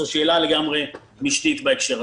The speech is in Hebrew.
זו שאלה לגמרי משנית בהקשר הזה.